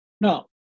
Now